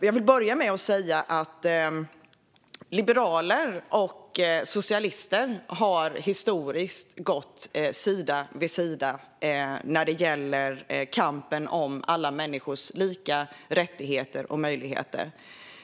Jag vill börja med att säga att liberaler och socialister historiskt har gått sida vid sida när det gäller kampen om alla människors lika rättigheter och möjligheter.